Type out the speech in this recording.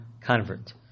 convert